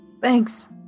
Thanks